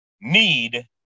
need